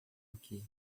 aqui